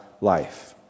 life